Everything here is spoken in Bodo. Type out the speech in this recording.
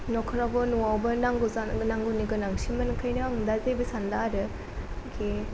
न'खरावबो न'वावबो नांगौनि गोनांथिमोन ओंखायनो आं दा जेबो सानला आरोखि